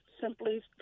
simply –